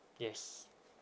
yes